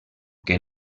que